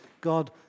God